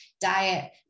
diet